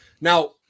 Now